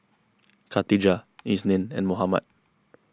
Khatijah Isnin and Muhammad